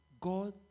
God